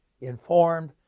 informed